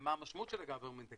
ומה המשמעות של ה-government take,